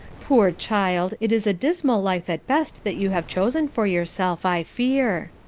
poor child! it is a dismal life at best that you have chosen for yourself, i fear.